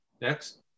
Next